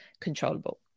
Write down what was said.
controllable